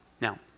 Now